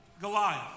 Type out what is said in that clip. Goliath